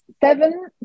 seven